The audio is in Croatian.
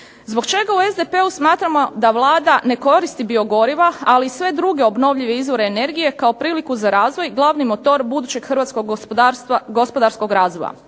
Zbog čega u SDP-u smatramo da Vlada ne koristi biogoriva ali i sve druge obnovljive izvore energije kao priliku za razvoj glavni motor budućeg hrvatskog gospodarstva